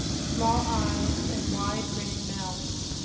small eyes and wide, grinning mouths.